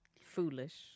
foolish